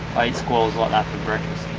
i eat squall's like that for breakfast.